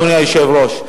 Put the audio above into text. אדוני היושב-ראש,